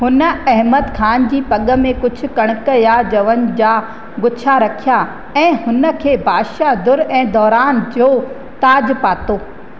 हुन अहमद ख़ान जी पग में कुझु कणिक या जवनि जा गुच्छा रखिया ऐं हुन खे बादशाहु दुर ऐं दौरान जो ताज पातो